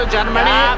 Germany